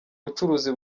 bucuruzi